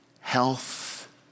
health